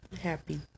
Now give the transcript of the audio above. happy